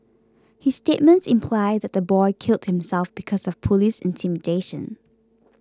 his statements imply that the boy killed himself because of police intimidation